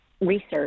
research